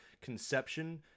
conception